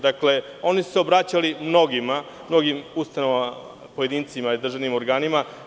Dakle, oni su se obraćali mnogim ustanovama, pojedincima i državnim organima.